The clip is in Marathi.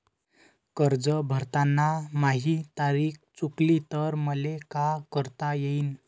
कर्ज भरताना माही तारीख चुकली तर मले का करता येईन?